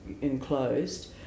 enclosed